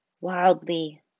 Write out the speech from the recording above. wildly